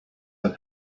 that